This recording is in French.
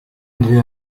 andré